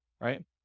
right